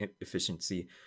efficiency